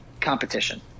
competition